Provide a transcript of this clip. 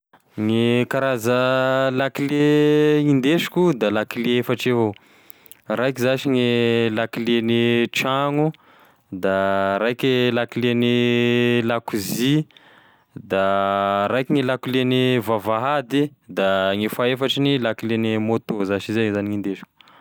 Gne karaza lakile hindesiko da lakile efatry avao, raiky zashy gne lakilene tragno, raiky e lakilene lakozia, da raiky gne lakilene vavahady, da gne fahefatriny lakilene môtô zash zay zany gn'indesiko.